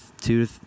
two